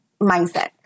mindset